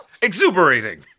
Exuberating